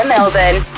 Melbourne